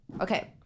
Okay